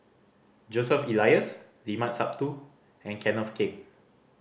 Joseph Elias Limat Sabtu and Kenneth Keng